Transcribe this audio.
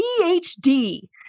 phd